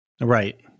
Right